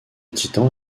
titan